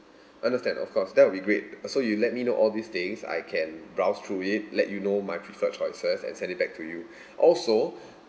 understand of course that will be great uh so you let me know all these things I can browse through it let you know my preferred choices and send it back to you also